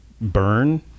burn